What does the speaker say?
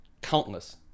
Countless